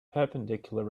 perpendicular